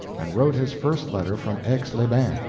and wrote his first letter from aix-les-bains,